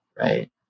right